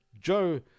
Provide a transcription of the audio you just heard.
Joe